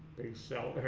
they sell